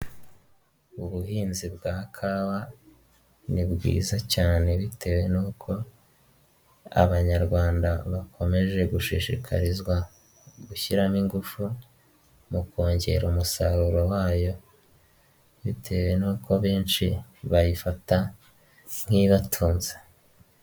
Ubuhinzi bwa kawa, ni bwiza cyane bitewe n'uko abanyarwanda bakomeje gushishikarizwa gushyiramo ingufu, mu kongera umusaruro wayo, bitewe n'uko benshi bayifata nk'ibatunze.